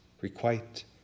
requite